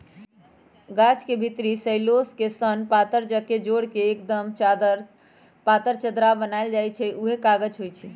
गाछ के भितरी सेल्यूलोस के सन पातर कके जोर के एक्दम पातर चदरा बनाएल जाइ छइ उहे कागज होइ छइ